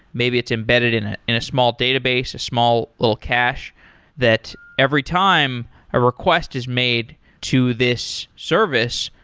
maybe it's embedded in ah in a small database, a small little cache that every time a request is made to this service,